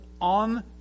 on